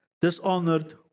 dishonored